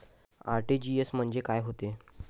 RTGS म्हंजे काय होते?